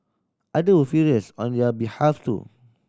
other were furious on their behalf too